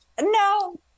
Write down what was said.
no